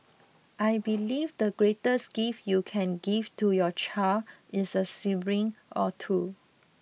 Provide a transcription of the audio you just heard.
I believe the greatest gift you can give to your child is a sibling or two